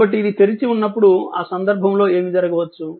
కాబట్టి ఇది తెరిచి ఉన్నప్పుడు ఆ సందర్భంలో ఏమి జరగవచ్చు